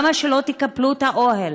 למה שלא תקפלו את האוהל?